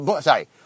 sorry